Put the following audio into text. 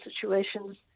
situations